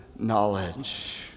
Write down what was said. knowledge